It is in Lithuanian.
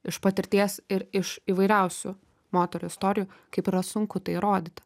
iš patirties ir iš įvairiausių moterų istorijų kaip yra sunku tai įrodyti